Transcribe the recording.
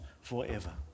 forever